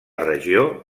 regió